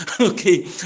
okay